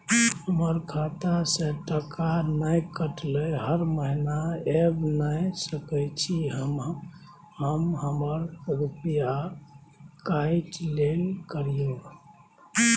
हमर खाता से टका नय कटलै हर महीना ऐब नय सकै छी हम हमर रुपिया काइट लेल करियौ?